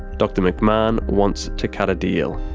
dr mcmahon wants to cut a deal.